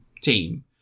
team